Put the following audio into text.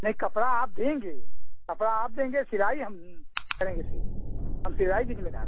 नहीं कपड़ा आप देंगे कपड़ा आप देंगे सिलाई हम करेंगे सिर्फ हम सिलाई के जिम्मेदार हैं